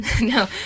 No